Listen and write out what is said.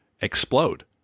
explode